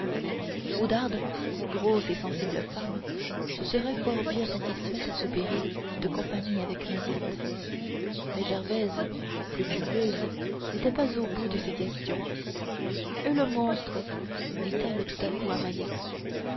oudarde grosse et sensible femme se serait fort bien satisfaite à soupirer de compagnie avec mahiette mais gervaise plus curieuse n'était pas au bout de ses questions et le monstre dit-elle tout à coup à mahiette